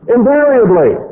Invariably